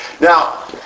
Now